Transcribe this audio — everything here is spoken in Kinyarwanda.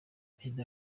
perezida